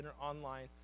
online